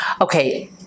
okay